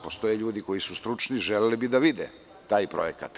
Postoje ljudi koji su stručni, želeli bi da vide taj projekat.